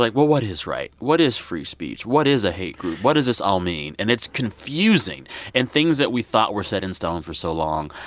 like what what is right? what is free speech? what is a hate group? what does this all mean? and it's confusing and things that we thought were set in stone for so long.